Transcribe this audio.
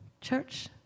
church